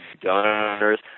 donors